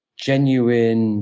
genuine